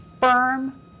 firm